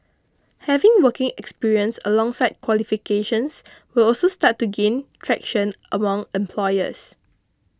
having working experience alongside qualifications will also start to gain traction among employers